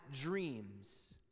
dreams